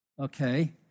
Okay